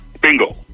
Bingo